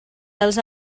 dels